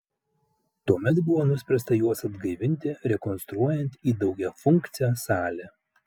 tuomet buvo nuspręsta juos atgaivinti rekonstruojant į daugiafunkcę salę